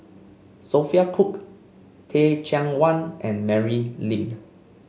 Sophia Cooke Teh Cheang Wan and Mary Lim